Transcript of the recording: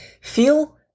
feel